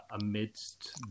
amidst